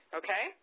okay